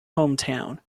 hometown